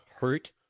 hurt